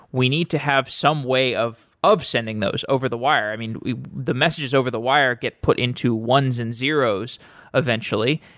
we need to have some way of of sending those over the wire. i mean the messages over the wire get put into ones and zeros eventually.